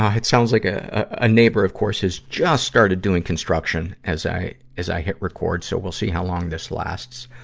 it sounds like, ah, a neighbor, of course, is just started doing construction as i, as i hit record, so we'll see how long this lasts.